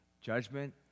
Judgment